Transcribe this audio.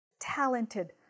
talented